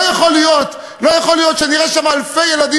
לא יכול להיות שאראה שם אלפי ילדים